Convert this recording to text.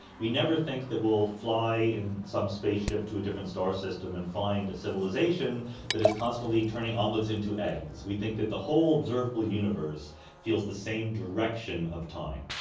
we never think that we'll fly in some spaceship to a different star system and find a civilisation that is constantly turning omelettes into eggs, we that the whole observable universe feels the same direction of time.